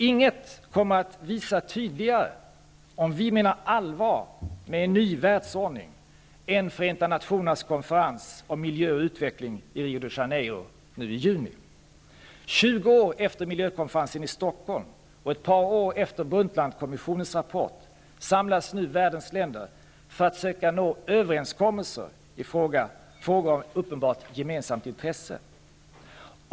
Inget kommer att visa tydligare om vi menar allvar med en ny världsordning än Förenta nationernas konferens om miljö och utveckling i Rio de Janeiro nu i juni. Tjugo år efter miljökonferensen i Stockholm och ett par år efter Brundtlandkommissionens rapport samlas nu världens länder för att söka nå överenskommelser i frågor av uppenbart gemensamt intresse.